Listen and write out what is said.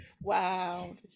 Wow